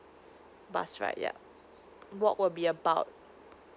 bus ride yea walk will be about